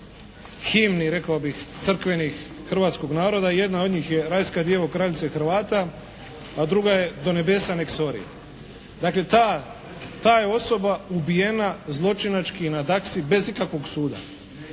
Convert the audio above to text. hrvatskog naroda. Jedna od njih je "Rajska djevo, kraljice Hrvata", a druga je "Do nebesa nek' se ori". Dakle ta je osoba ubijena zločinački na Daksi bez ikakvog suda.